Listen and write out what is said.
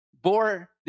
bore